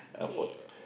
afford